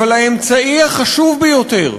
אבל האמצעי החשוב ביותר,